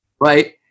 right